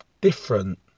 different